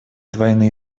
двойные